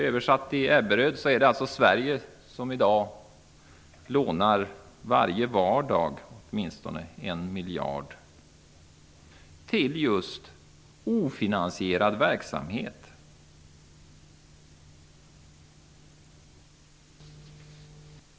Översatt betyder det att det är Sverige som åtminstone varje vardag lånar en miljard just till ofinansierad verksamhet.